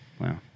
wow